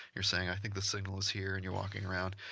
you're saying i think the signal is here and you're walking around,